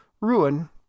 ruin